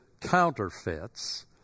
counterfeits